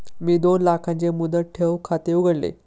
मी दोन लाखांचे मुदत ठेव खाते उघडले